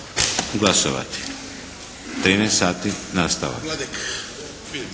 glasovati. U 13 sati nastavak.